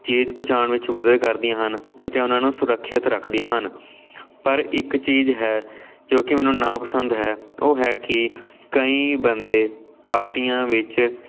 ਚੀਜ਼ ਪਹੁੰਚਾਉਣ ਵਿੱਚ ਮਦਦ ਕਰਦੀਆਂ ਹਨ ਅਤੇ ਉਹਨਾਂ ਨੂੰ ਸੁਰੱਖਿਅਤ ਰੱਖਦੀਆਂ ਹਨ ਪਰ ਇੱਕ ਚੀਜ਼ ਹੈ ਜੋ ਕਿ ਮੈਨੂੰ ਨਾਪਸੰਦ ਹੈ ਉਹ ਹੈ ਕਿ ਕਈ ਬੰਦੇ ਪਾਰਟੀਆਂ ਵਿੱਚ